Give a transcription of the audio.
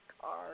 car